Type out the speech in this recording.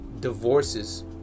divorces